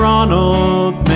Ronald